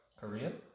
Korean